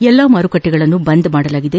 ಎಲ್ಲ ಮಾರುಕಟ್ಟೆಗಳನ್ನು ಬಂದ್ ಮಾಡಲಾಗಿದೆ